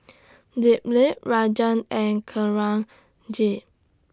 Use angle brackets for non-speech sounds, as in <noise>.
<noise> Dilip Rajan and Kanwaljit